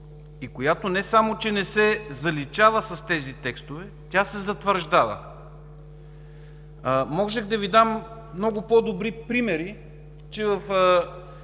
която не само че не се заличава с тези текстове, а се затвърждава. Можех да Ви дам много по-добри примери, че в